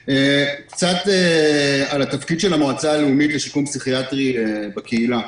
קצת על התפקיד של המועצה הלאומית לשיקום פסיכיאטרי בקהילה.